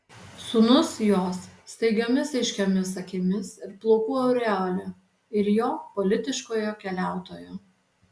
sūnus jos staigiomis aiškiomis akimis ir plaukų aureole ir jo politiškojo keliautojo